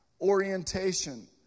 orientation